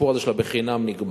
הסיפור הזה של חינם נגמר,